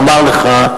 לומר לך,